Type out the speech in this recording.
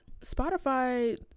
Spotify